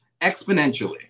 exponentially